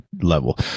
level